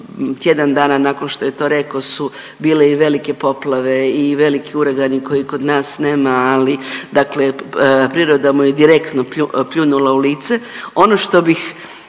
tjedan dana nakon što je to reko su bile i velike poplave i veliki uragani koji kod nas nema, ali dakle priroda mu je direktno pljunula u lice. Ono što